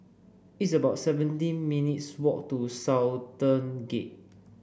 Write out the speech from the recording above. it's about seventeen minutes' walk to Sultan Gate